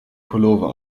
pullover